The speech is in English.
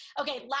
Okay